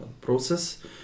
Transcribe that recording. process